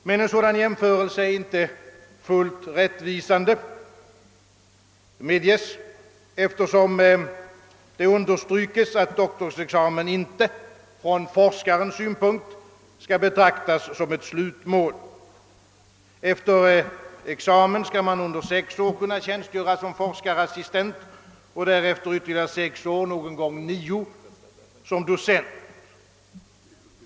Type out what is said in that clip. Men en sådan jämförelse är inte fullt rättvisande, det medges, eftersom det understrykes, att doktorsexamen från forskarens synpunkt inte skall betraktas som ett slutmål. Efter examen skall man under sex år kunna tjänstgöra som forskarassistent och därefter ytterligare sex, någon gång nio år som docent.